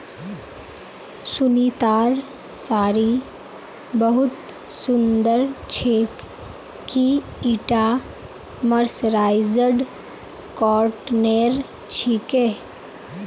सुनीतार साड़ी बहुत सुंदर छेक, की ईटा मर्सराइज्ड कॉटनेर छिके